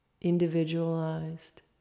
individualized